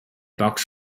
box